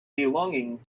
belonging